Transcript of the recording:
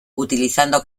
utilizando